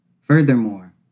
Furthermore